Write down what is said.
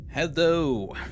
hello